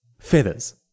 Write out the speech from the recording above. feathers